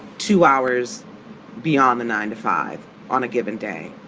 two hours beyond the nine to five on a given day.